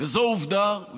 וזו עובדה,